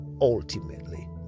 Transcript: ultimately